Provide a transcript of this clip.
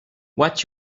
what